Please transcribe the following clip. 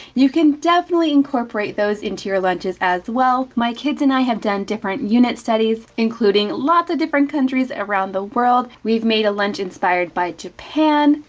you can definitely incorporate those into your lunches as well. my kids and i have done different unit studies, including lots of different countries around the world. we've made a lunch inspired by japan,